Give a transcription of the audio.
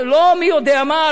לא מי-יודע-מה,